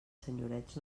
senyorets